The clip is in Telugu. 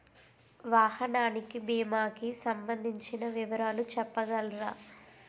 వాహనానికి భీమా కి సంబందించిన వివరాలు చెప్పగలరా?